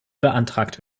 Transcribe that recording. beantragt